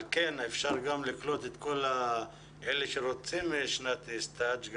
לכן אפשר גם לקלוט את כל אלה שרוצים שנת התמחות.